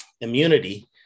immunity